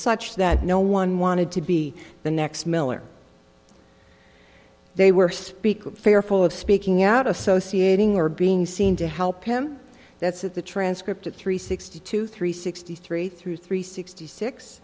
such that no one wanted to be the next miller they were speaking fearful of speaking out associating or being seen to help him that's it the transcript of three sixty two three sixty three through three sixty six